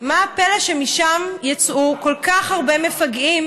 מה הפלא שמשם יצאו כל כך הרבה מפגעים